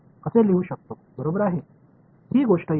இல்லை என்பதே சரி அங்கே f இல்லை